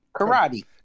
Karate